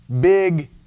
big